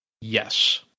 Yes